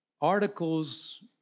articles